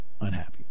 unhappy